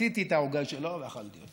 רציתי את העוגה שלו ואכלתי אותה,